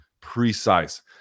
precise